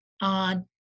on